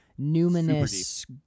numinous